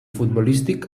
futbolístic